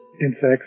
insects